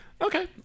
okay